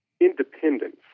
independence